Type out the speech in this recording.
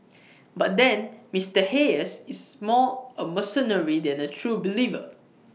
but then Mister Hayes is more A mercenary than A true believer